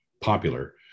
popular